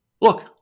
Look